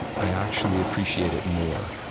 i actually appreciate it more